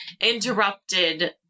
interrupted